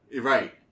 Right